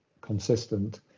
consistent